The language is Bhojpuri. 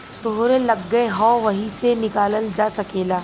तोहरे लग्गे हौ वही से निकालल जा सकेला